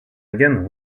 again